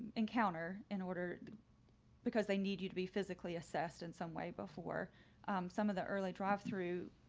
encounter in order because they need you to be physically assessed in some way before some of the early drive through.